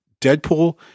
Deadpool